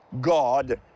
God